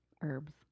herbs